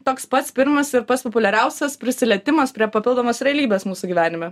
toks pats pirmas ir pats populiariausias prisilietimas prie papildomos realybės mūsų gyvenime